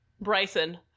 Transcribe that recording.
Bryson